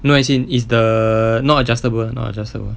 no as in it's the not adjustable not adjustable